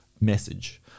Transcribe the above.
message